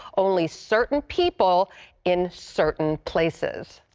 only certain people in certain places.